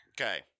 Okay